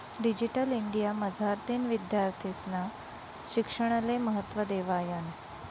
digital India मझारतीन विद्यार्थीस्ना शिक्षणले महत्त्व देवायनं